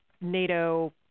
NATO